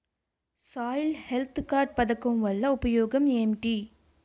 Soil health card పథకం వల్ల ఉపయోగం ఏంటి?